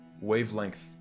wavelength